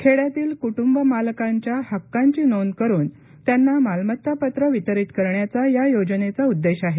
खेड्यातील कृटुंब मालकांच्या हक्कांची नोंद करुन त्यांना मालमत्ता पत्र वितरित करण्याचा या योजनेचा उद्देश आहे